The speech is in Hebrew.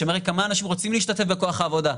שמראה כמה אנשים רוצים להשתתף בכוח העבודה,